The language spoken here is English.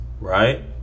right